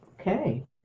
Okay